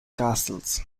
castles